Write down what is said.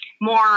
more